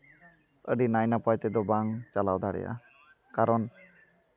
ᱟᱹᱰᱤ ᱱᱟᱭᱼᱱᱟᱯᱟᱭ ᱛᱮᱫᱚ ᱵᱟᱝ ᱪᱟᱞᱟᱣ ᱫᱟᱲᱮᱭᱟᱜᱼᱟ ᱠᱟᱨᱚᱱ